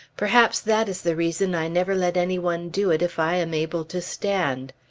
perhaps that is the reason i never let any one do it if i am able to stand.